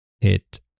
hit